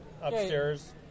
upstairs